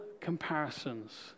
comparisons